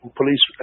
police